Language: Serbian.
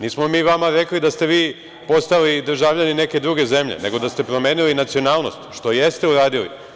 Nismo mi vama rekli da ste vi postali državljanin neke druge zemlje, nego da ste promenili nacionalnost, što jeste uradili.